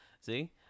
see